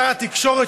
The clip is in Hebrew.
לשר התקשורת,